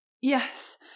Yes